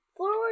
forward